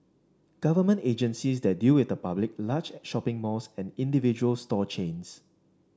government agencies that deal with the public large shopping malls and individual store chains